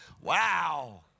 wow